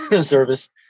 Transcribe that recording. service